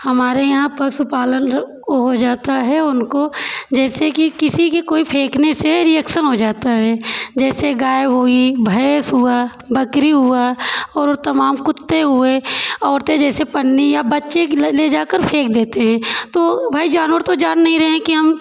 हमारे यहाँ पशु पालन हो जाता है उनको जैसे कि किसी के कोई फेंकने से रिएक्सन हो जाता है जैसे गाय हुई भैंस हुआ बकरी हुआ और तमाम कुत्ते हुए औरतें जैसे पन्नी या बच्चे ले जाकर फेंक देते हैं तो भाई जानवर तो जान नहीं रहे हैं कि हम